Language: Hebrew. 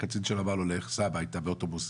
הקצין שלו אמר לו "לך, סע הביתה באוטובוסים",